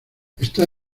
está